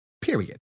period